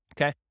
Okay